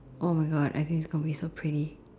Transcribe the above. !oh-my-God! I think it's gonna be so pretty